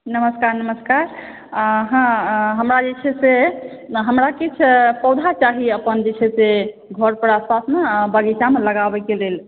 नमस्कार नमस्कार हँ हमरा जे छै से हमरा किछु पौधा चाही अपन जे छै से घर के आसपासमे आ बगीचामे लगाबयके लेल